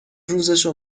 روزشو